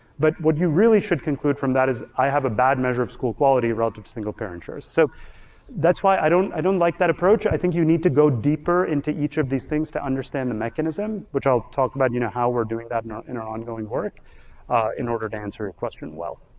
but what you really should conclude from that is i have a bad measure of school quality relative to single parenture. so that's why i don't i don't like that approach. i think you need to go deeper into each of these things to understand the mechanism, which i'll talk about you know how we're doing that in our ongoing work in order to answer your question well.